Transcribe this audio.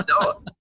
No